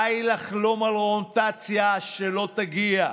די לחלום על רוטציה שלא תגיע.